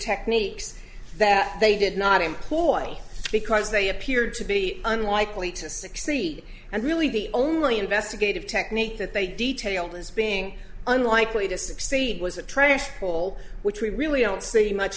techniques that they did not employ because they appeared to be unlike to succeed and really the only investigative technique that they detailed as being unlikely to succeed was a training tool which we really don't see much